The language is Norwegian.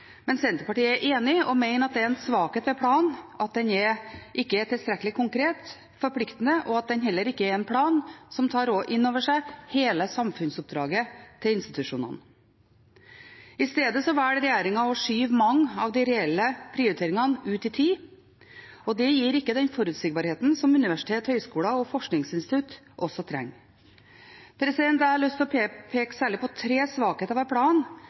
men Senterpartiet er enig og mener det er en svakhet ved planen at den ikke er tilstrekkelig konkret, forpliktende og heller ikke er en plan som tar inn over seg hele samfunnsoppdraget til institusjonene. I stedet velger regjeringen å skyve mange av de reelle prioriteringene ut i tid, og det gir ikke den forutsigbarheten som universiteter, høyskoler og forskningsinstitutt trenger. Jeg har lyst å peke på særlig tre svakheter ved